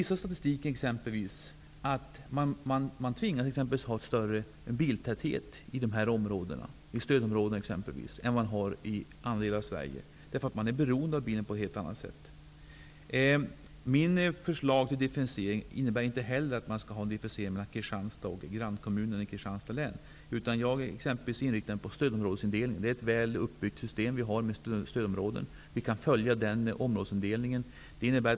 Statistiken visar att man tvingas till en större biltäthet i dessa områden, exempelvis i stödområdena, än i övriga Sverige. Man är i dessa områden på ett helt annat sätt beroende av bilen. Mitt förslag till differentiering innebär inte heller en differentiering mellan Kristianstad och grannkommunerna i länet. Jag är bl.a. inriktad på stödområdesindelningen. Vi har ett väl uppbyggt system med stödområden, och vi kan följa deras indelning.